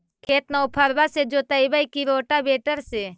खेत नौफरबा से जोतइबै की रोटावेटर से?